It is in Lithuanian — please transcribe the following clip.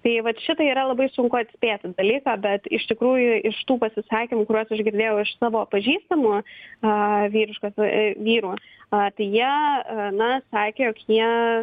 tai vat šitai yra labai sunku atspėti dalyką bet iš tikrųjų iš tų pasisakymų kuriuos aš girdėjau iš savo pažįstamų a vyriškos a vyrų tai jie na sakė jog jie